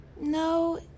No